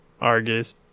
Argus